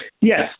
Yes